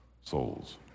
souls